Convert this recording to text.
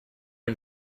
and